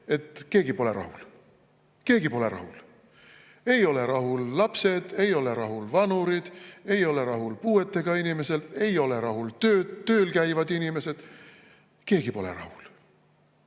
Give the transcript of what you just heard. et keegi pole rahul. Keegi pole rahul! Ei ole rahul lapsed, ei ole rahul vanurid, ei ole rahul puuetega inimesed, ei ole rahul tööl käivad inimesed. Keegi pole rahul.